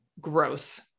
Gross